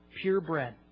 purebred